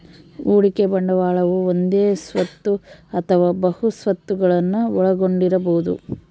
ಹೂಡಿಕೆ ಬಂಡವಾಳವು ಒಂದೇ ಸ್ವತ್ತು ಅಥವಾ ಬಹು ಸ್ವತ್ತುಗುಳ್ನ ಒಳಗೊಂಡಿರಬೊದು